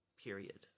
period